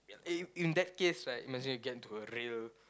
eh you in that case right might as well get into a real